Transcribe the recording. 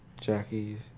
Jackie's